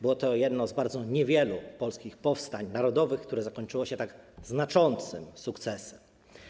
Było to jedno z bardzo niewielu polskich powstań narodowych, które zakończyło się tak znaczącym sukcesem.